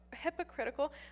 hypocritical